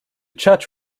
church